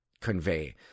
convey